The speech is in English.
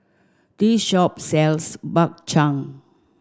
this shop sells Bak Chang